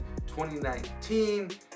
2019